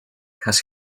has